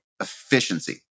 Efficiency